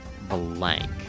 blank